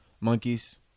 Monkeys